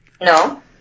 No